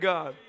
God